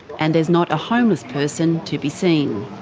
and there's not a homeless person to be seen.